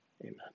Amen